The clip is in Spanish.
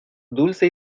dulce